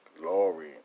glory